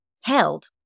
held